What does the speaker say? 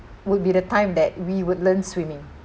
would be the time that we would learn swimming